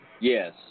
Yes